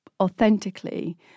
authentically